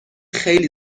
خیلی